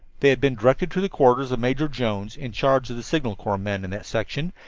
they had been directed to the quarters of major jones, in charge of the signal corps men in that section,